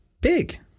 big